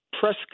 press